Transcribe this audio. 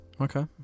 Okay